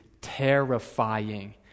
terrifying